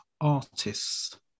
artists